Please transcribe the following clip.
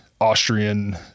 Austrian